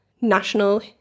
National